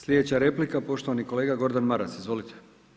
Sljedeća replika poštovani kolega Gordan Maras, izvolite.